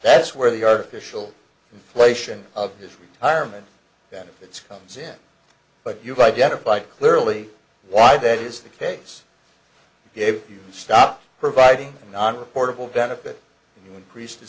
that's where the artificial inflation of his retirement benefits comes in but you've identified clearly why that is the case if you stop providing non reportable benefit you increase th